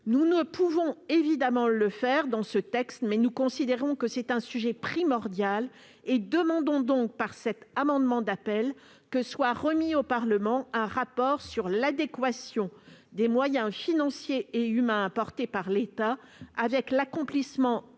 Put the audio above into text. Nous ne pouvons évidemment pas le faire dans le cadre de ce texte, mais nous considérons que c'est un sujet primordial. Nous demandons donc, par cet amendement d'appel, que soit remis au Parlement un rapport sur l'adéquation des moyens financiers et humains mobilisés par l'État avec les objectifs